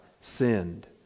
sinned